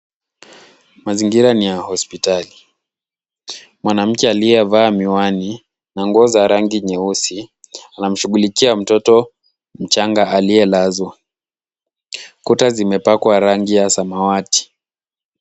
Mazingira ni ya hospitali. Mwanamke aliyevaa miwani na nguo za rangi nyeusi anamshughulikia mtoto mchanga aliyelazwa. Kuta zimepakwa rangi ya samawati.